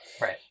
Right